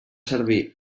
servir